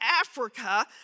Africa